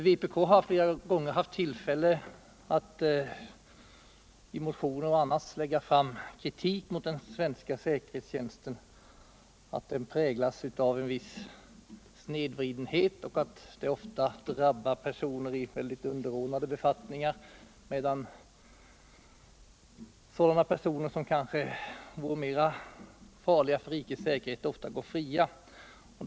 Vpk har flera gånger haft ullfälle att i motioner och i andra sammanhang föra fram kritik mot att den svenska säkerhetstjänsten präglas av en viss snedvridenhet som ofta drabbar personer i mycket underordnade befattningar medan personer som kanske vore mera farliga för rikets säkerhet många gånger går fria.